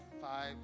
five